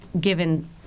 given